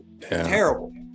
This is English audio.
terrible